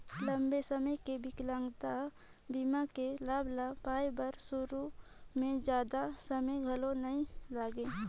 लंबा समे के बिकलांगता बीमा के लाभ ल पाए बर सुरू में जादा समें घलो नइ लागे